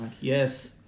yes